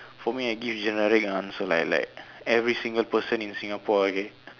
for me I give generic answer like like every single person in Singapore okay